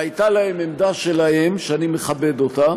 והייתה להם עמדה שלהם, שאני מכבד אותה,